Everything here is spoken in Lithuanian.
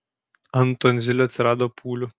ant tonzilių atsirado pūlių